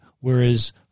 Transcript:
whereas